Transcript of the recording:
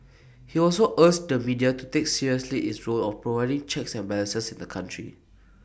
he also urged the media to take seriously its role of providing checks and balances in the country